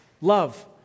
Love